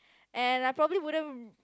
and I probably wouldn't